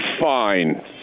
fine